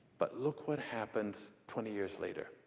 but look what happens twenty years later.